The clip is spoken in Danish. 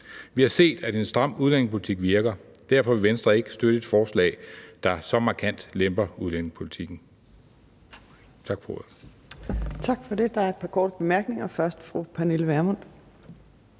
Vi har set, at en stram udlændingepolitik virker. Derfor vil Venstre ikke støtte et forslag, der så markant lemper udlændingepolitikken.